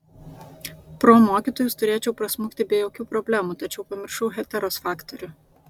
pro mokytojus turėčiau prasmukti be jokių problemų tačiau pamiršau heteros faktorių